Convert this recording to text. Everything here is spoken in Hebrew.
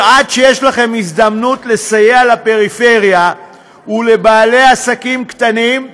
ועד שיש לכם הזדמנות לסייע לפריפריה ולבעלי עסקים קטנים,